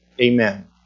Amen